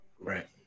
Right